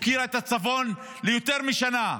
הפקירה את הצפון ליותר משנה.